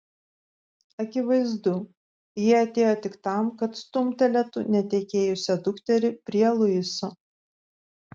akivaizdu ji atėjo tik tam kad stumtelėtų netekėjusią dukterį prie luiso